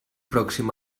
pròxim